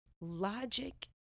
logic